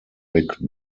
rick